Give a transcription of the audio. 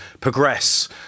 progress